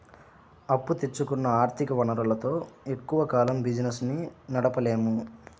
అప్పు తెచ్చుకున్న ఆర్ధిక వనరులతో ఎక్కువ కాలం బిజినెస్ ని నడపలేము